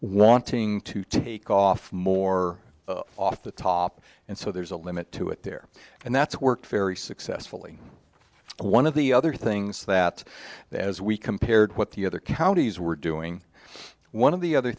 wanting to take off more off the top and so there's a limit to it there and that's worked very successfully one of the other things that they as we compared what the other counties were doing one of the other